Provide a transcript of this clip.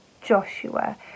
Joshua